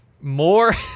more